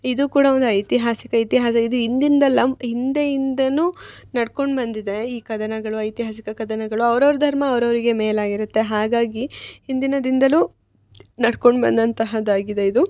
ಇದು ಕೂಡ ಒಂದು ಐತಿಹಾಸಿಕ ಇತಿಹಾಸ ಇದು ಇಂದಿಂದಲ್ಲ ಹಿಂದೆಯಿಂದನೂ ನಡ್ಕೊಂಡು ಬಂದಿದೆ ಈ ಕದನಗಳು ಐತಿಹಾಸಿಕ ಕದನಗಳು ಅವ್ರವ್ರ ಧರ್ಮ ಅವ್ರವರಿಗೆ ಮೇಲೆ ಆಗಿರತ್ತೆ ಹಾಗಾಗಿ ಹಿಂದಿನದಿಂದಲೂ ನಡ್ಕೊಂಡು ಬಂದಂತಹದಾಗಿದೆ ಇದು